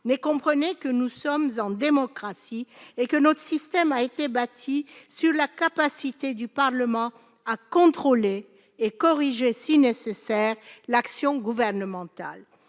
comprenez que nous sommes en démocratie et que notre système a été bâti sur la capacité du Parlement à contrôler et corriger si nécessaire l'action gouvernementale.